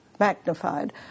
Magnified